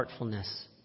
heartfulness